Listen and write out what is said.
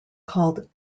called